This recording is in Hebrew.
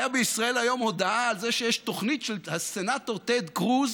הייתה בישראל היום הודעה על זה שיש תוכנית של הסנטור טד קרוז